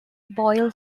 boil